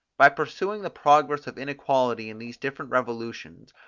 by pursuing the progress of inequality in these different revolutions,